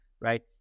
right